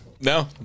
no